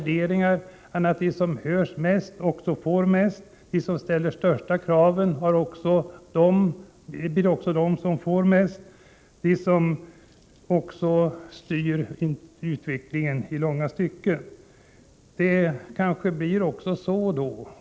Det kan bli så, att de som hörs mest och som ställer flest krav blir de som får mest, de som också styr utvecklingen i långa stycken.